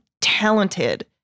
talented